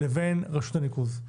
לבין רשות הניקוז?